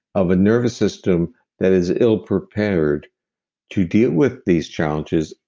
of a nervous system that is ill-prepared to deal with these challenges,